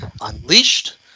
unleashed